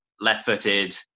left-footed